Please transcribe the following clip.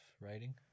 writing